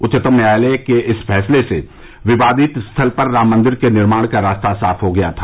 उच्चतम न्यायालय के इस फैसले से विवादित स्थल पर राम मंदिर के निर्माण का रास्ता साफ हो गया था